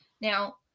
Now